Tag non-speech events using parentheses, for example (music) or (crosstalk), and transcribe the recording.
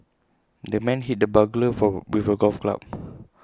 the man hit the burglar (unintelligible) with A golf club